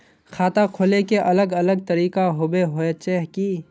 खाता खोले के अलग अलग तरीका होबे होचे की?